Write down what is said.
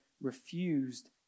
refused